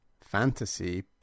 fantasy